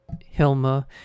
Hilma